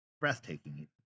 Breathtaking